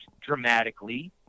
dramatically